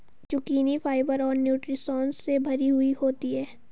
zucchini fibre और nutritions से भरी हुई होती है